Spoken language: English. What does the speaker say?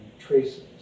traces